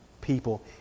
people